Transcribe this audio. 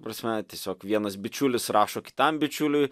prasme tiesiog vienas bičiulis rašo kitam bičiuliui